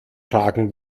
tragen